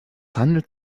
handelt